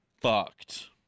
fucked